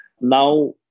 now